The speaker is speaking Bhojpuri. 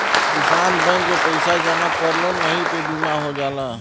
किसानन बैंक में पइसा जमा करलन वही पे बीमा हो जाला